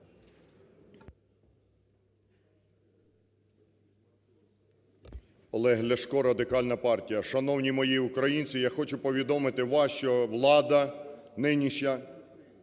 Олег Ляшко, Радикальна партія. Шановні мої українці, я хочу повідомити вас, що влада нинішня